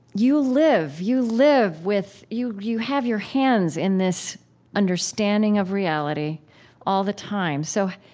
you live, you live with you you have your hands in this understanding of reality all the time. so,